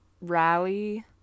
rally